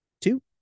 two